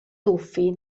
tuffi